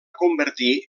convertir